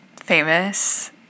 Famous